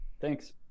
thanks